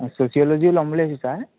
মই ছচিয়'লজী ল'ম বুলি ভাবিছোঁ ছাৰ